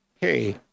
hey